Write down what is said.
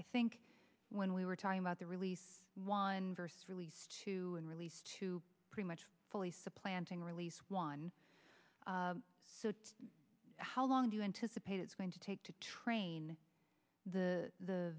i think when we were talking about the release juan versus released two and released two pretty much fully supplanting released one so how long do you anticipate it's going to take to train the